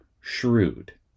shrewd